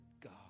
God